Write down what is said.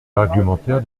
l’argumentaire